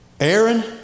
Aaron